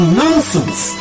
nonsense